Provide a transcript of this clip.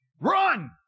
Run